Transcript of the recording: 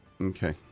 okay